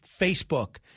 Facebook